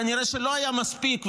כנראה שלא היה מספיק,